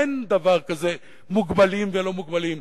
אין דבר כזה "מוגבלים" ו"לא מוגבלים",